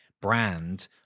brand